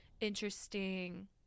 interesting